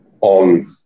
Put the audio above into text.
on